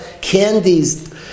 candies